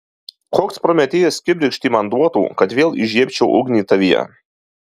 koks prometėjas kibirkštį man duotų kad vėl įžiebčiau ugnį tavyje